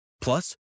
Plus